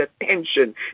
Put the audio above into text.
attention